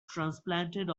transplanted